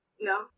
No